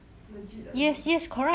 legit ah this [one]